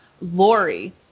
Lori